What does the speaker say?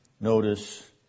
notice